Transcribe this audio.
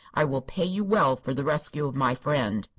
i will pay you well for the rescue of my friend.